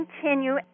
continue